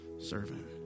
servant